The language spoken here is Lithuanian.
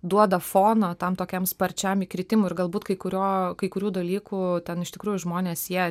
duoda foną tam tokiam sparčiam įkritimui ir galbūt kai kurio kai kurių dalykų ten iš tikrųjų žmonės jie